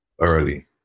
early